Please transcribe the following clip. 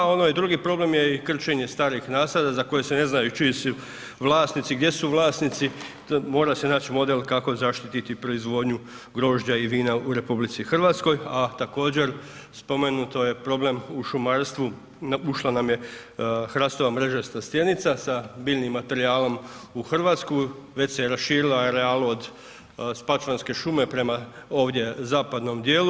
A onaj drugi problem je i krčenje starih nasada za koje se ne znaju čiji su vlasnici, gdje su vlasnici, mora se naći model kako zaštiti proizvodnju grožđa i vina u RH a također spomenuto je problem u šumarstvu, ušla nam je hrastova mrežasta stjenica sa biljnim materijalnom u Hrvatsku, već se je raširila realu od Spačvanske šume prema ovdje zapadnom dijelu.